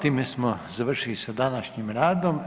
Time smo završili sa današnjim radom.